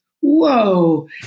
Whoa